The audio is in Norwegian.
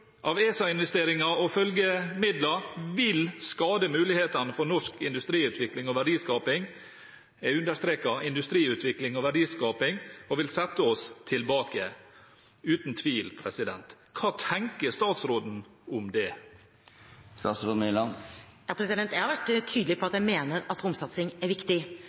av ESA-investeringer og følgemidler vil skade mulighetene for norsk industriutvikling og verdiskaping – jeg understreker industriutvikling og verdiskaping – og vil sette oss tilbake, uten tvil. Hva tenker statsråden om det? Jeg har vært tydelig på at jeg mener at romsatsing er viktig,